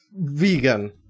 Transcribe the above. vegan